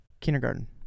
kindergarten